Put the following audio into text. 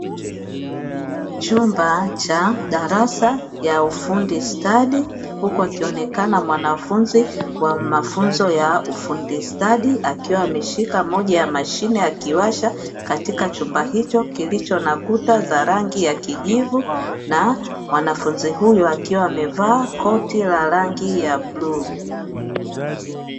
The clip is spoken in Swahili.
Chumba cha darasa la ufundi stadi, huku akionekana mwanafunzi wa mafunzo ya ufundi stadi, akiwa ameshika moja ya mashine akiwasha katika chumba hicho kilicho na kuta za rangi ya kijivu. Na mwanafunzi huyo akiwa amevaa koti la rangi ya bluu.